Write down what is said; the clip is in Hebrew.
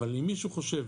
אבל אם מישהו חושב